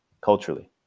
culturally